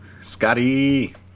Scotty